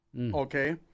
Okay